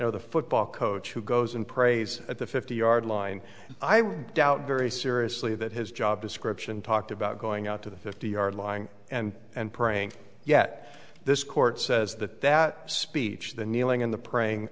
know the football coach who goes and prays at the fifty yard line i would doubt very seriously that his job description talked about going out to the fifty yard line and and praying yet this court says that that speech the kneeling and the praying